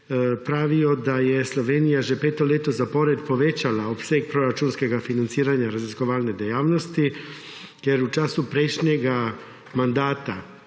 pravijo, da je Slovenija že peto leto zapored povečala obseg proračunskega financiranja raziskovalne dejavnosti, ker v času prejšnjega mandata,